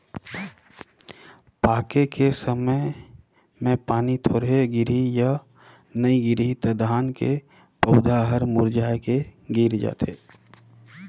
पाके के समय मे पानी थोरहे गिरही य नइ गिरही त धान के पउधा हर मुरझाए के गिर जाथे